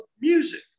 music